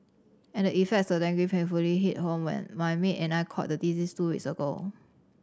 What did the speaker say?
and the effects of dengue painfully hit home when my maid and I caught the disease two weeks ago